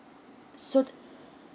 so the